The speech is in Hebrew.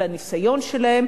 על הניסיון שלהם,